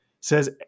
Says